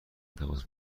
تماس